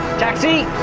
taxi!